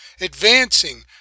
Advancing